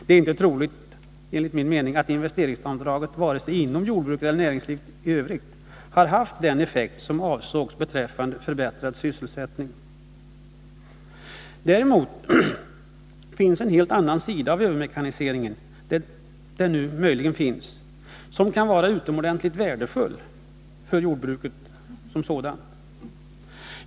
Det är inte troligt att investeringsbidraget vare sig inom jordbruket eller näringslivet i övrigt har haft den effekt som avsågs beträffande förbättrad sysselsättning. Däremot finns det en helt annan sida av övermekaniseringen, där den nu möjligen finns, som kan vara utomordentligt värdefull för jordbruket som sådant.